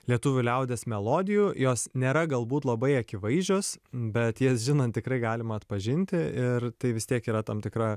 lietuvių liaudies melodijų jos nėra galbūt labai akivaizdžios bet jas žinant tikrai galima atpažinti ir tai vis tiek yra tam tikra